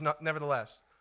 nevertheless